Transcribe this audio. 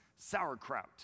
sauerkraut